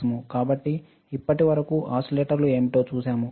కాబట్టి ఇప్పటి వరకు ఓసిలేటర్లు ఏమిటో చూశాము